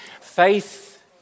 Faith